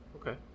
Okay